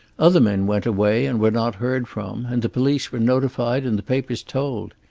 other men went away and were not heard from, and the police were notified and the papers told.